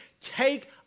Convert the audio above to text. take